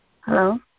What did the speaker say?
Hello